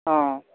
অঁ